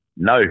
No